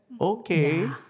Okay